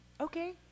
okay